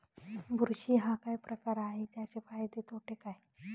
बुरशी हा काय प्रकार आहे, त्याचे फायदे तोटे काय?